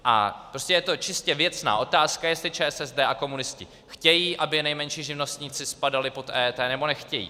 Je to prostě čistě věcná otázka, jestli ČSSD a komunisti chtějí, aby nejmenší živnostníci spadali pod EET, nebo nechtějí.